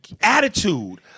attitude